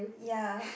ya